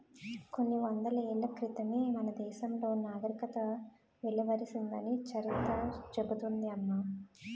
కొన్ని వందల ఏళ్ల క్రితమే మన దేశంలో నాగరికత వెల్లివిరిసిందని చరిత్ర చెబుతోంది అమ్మ